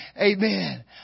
Amen